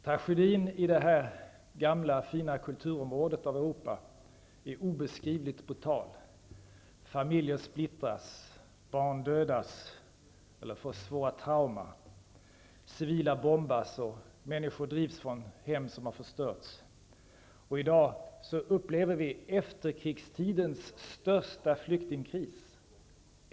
Tragedin i detta gamla fina kulturområde i Europa är obeskrivligt brutal: familjer splittras, barn dödas eller får svåra trauma, civila bombas och människor drivs från hem som har förstörts. I dag upplever vi efterkrigstidens största flyktingkris.